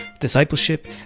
discipleship